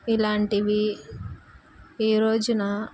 ఇలాంటివి ఈ రోజు